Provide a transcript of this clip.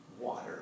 water